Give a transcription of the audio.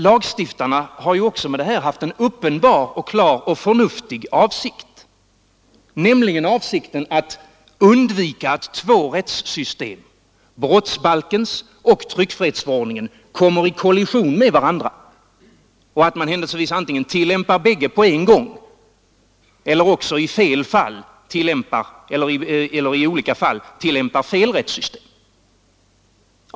Lagstiftarna har med detta haft en uppenbar, klar och förnuftig avsikt, nämligen avsikten att undvika att två rättssystem — brottsbalken och tryckfrihetsförordningen — kommer i kollision med varandra genom att man tillämpar båda på en gång eller i olika fall tillämpar fel rättssystem.